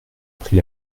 pris